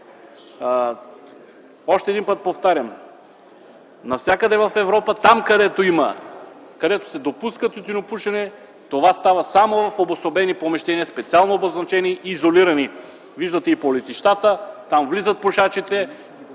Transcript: Още един път повтарям, навсякъде в Европа там, където се допуска тютюнопушене, това става само в обособени помещения, специално обозначени и изолирани. Виждате и по летищата – там пушачите